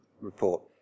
report